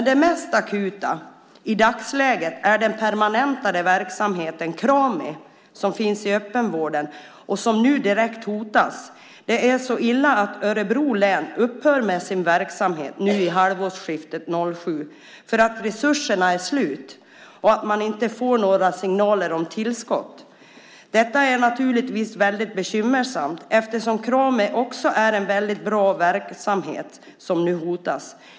Det mest akuta i dagsläget är den permanentade verksamheten Krami som finns i öppenvården och som nu direkt hotas. Det är så illa att Örebro län upphör med sin verksamhet nu vid halvårsskiftet 2007 för att resurserna är slut. Man får inte några signaler om tillskott. Detta är naturligtvis bekymmersamt. Krami är en bra verksamhet, som nu hotas.